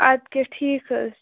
آدٕ کیاہ ٹھیک حظ چھِ